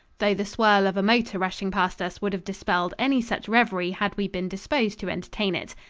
though the swirl of a motor rushing past us would have dispelled any such reverie had we been disposed to entertain it.